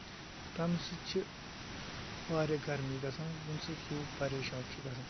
تِمہِ سۭتۍ چھِ واریاہ گرمی گژھان ییٚمہِ سۭتۍ لوٗکھ پَریشان چھ گژھان